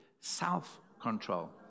self-control